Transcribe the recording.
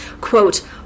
Quote